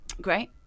great